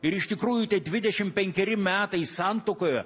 ir iš tikrųjų tie dvidešim penkeri metai santuokoje